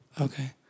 okay